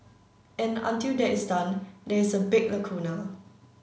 and until that is done there is a big lacuna